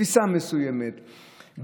בתפיסה מסוימת,